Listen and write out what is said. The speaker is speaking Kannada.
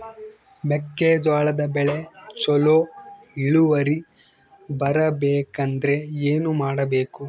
ಮೆಕ್ಕೆಜೋಳದ ಬೆಳೆ ಚೊಲೊ ಇಳುವರಿ ಬರಬೇಕಂದ್ರೆ ಏನು ಮಾಡಬೇಕು?